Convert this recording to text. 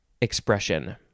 expression